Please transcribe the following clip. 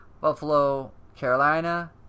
Buffalo-Carolina